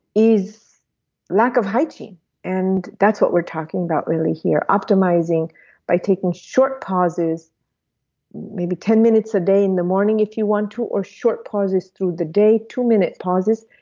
is lack of hygiene and that's what we're talking about really here. optimizing by taking short pauses maybe ten minutes a day in the morning if you want to or short pauses through the day two minute pauses,